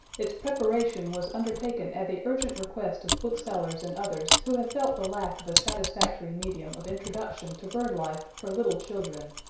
its preparation was undertaken at the urgent request of booksellers and others who have felt the lack of a satisfactory medium of introduction to bird life for little children.